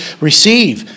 receive